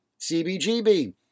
CBGB